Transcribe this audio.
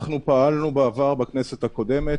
אנחנו פעלנו בעבר בכנסת הקודמת,